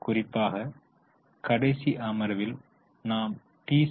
குறிப்பாக கடைசி அமர்வில் நாம் டீ